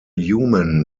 human